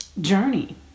journey